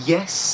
Yes